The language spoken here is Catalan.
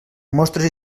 mostres